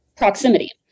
Proximity